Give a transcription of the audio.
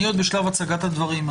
אני עוד בשלב הצגת הדברים,